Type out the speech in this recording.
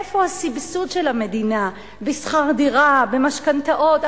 איפה הסבסוד של המדינה בשכר דירה, במשכנתאות?